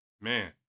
Man